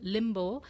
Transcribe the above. Limbo